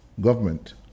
government